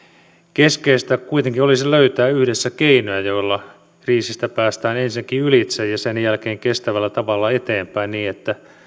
keskeistä kuitenkin olisi löytää yhdessä keinoja joilla kriisistä päästään ensinnäkin ylitse ja sen jälkeen kestävällä tavalla eteenpäin niin että